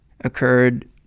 occurred